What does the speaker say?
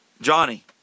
Johnny